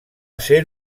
ésser